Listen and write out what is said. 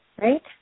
right